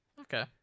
Okay